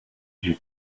you